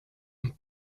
and